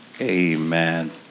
Amen